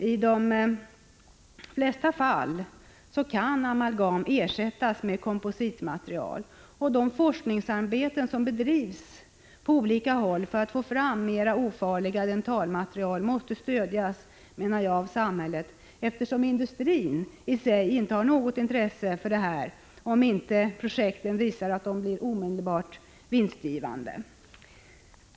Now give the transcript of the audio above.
I de flesta fall kan amalgam ersättas med kompositmaterial. De forskningsarbeten som bedrivs på olika håll för att man skall få fram mer ofarliga dentalmaterial måste stödjas av samhället, menar jag, eftersom industrin inte har något intresse för dylika projekt om de inte ser ut att bli omedelbart vinstgivande.